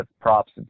props